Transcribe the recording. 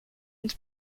and